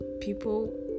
people